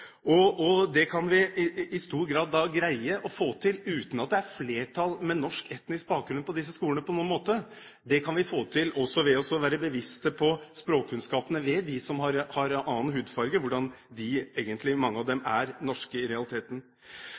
Det kan vi i stor grad greie å få til uten at det på noen måte er flertall med norsk etnisk bakgrunn på disse skolene. Det kan vi få til også ved å være bevisste på språkkunnskapene hos dem som har annen hudfarge, hvordan mange av dem egentlig er norske i realiteten.